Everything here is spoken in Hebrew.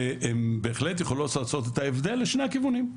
והם בהחלט יכולות לעשות את ההבדל לשני הכיוונים,